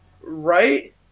right